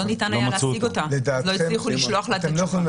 יכול להיות